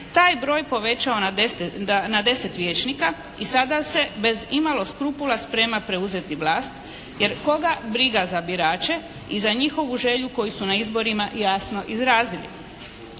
taj broj povećao na deset vijećnika i sada se bez imalo skrupula spremna preuzeti vlasti jer koga briga za birače i za njihovu želju koju su na izborima jasno izrazili.